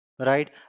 right